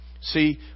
See